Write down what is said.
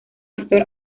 actor